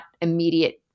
immediate